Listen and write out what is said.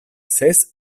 ses